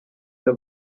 the